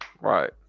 Right